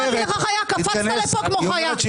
קפצת לפה כמו חיה.